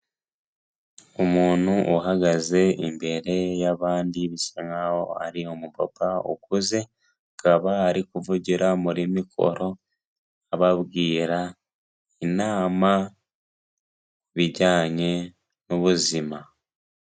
Umuntu uhagaze imbere y'abandi bisa nkaho ari umupapa ukuze, akaba ari kuvugira muri mikoro ababwira inama bijyanye n'ubuzima.